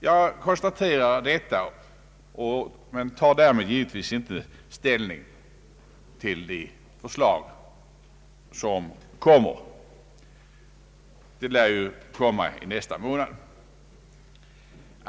Jag konstaterar detta men tar därmed givetvis inte ställning till de förslag som lär komma i nästa månad.